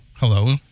Hello